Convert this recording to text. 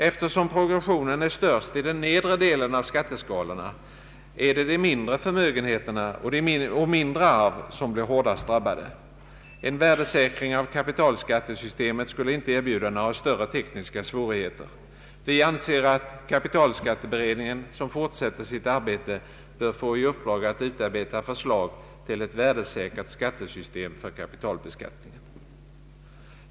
Eftersom progressionen är störst i den nedre delen av skatteskalorna är det mindre förmögenheter och mindre arv som blir hårdast drabbade. En värdesäkring av kapitalskattesystemet skulle inte erbjuda några större tekniska svårigheter. Vi anser att kapitalskatteberedningen, som fortsätter sitt arbete, bör få i uppdrag att utarbeta förslag till ett värdesäkert skattesystem för kapitalbeskattningen.